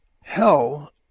hell